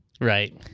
Right